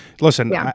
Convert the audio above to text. listen